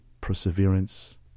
perseverance